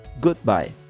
goodbye